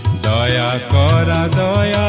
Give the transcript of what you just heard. ah da da da